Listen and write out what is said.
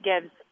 gives